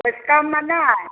किछु कममे नहि